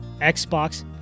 Xbox